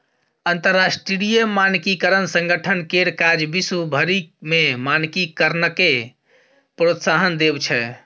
अंतरराष्ट्रीय मानकीकरण संगठन केर काज विश्व भरि मे मानकीकरणकेँ प्रोत्साहन देब छै